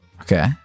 Okay